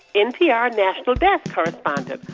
npr national desk correspondent.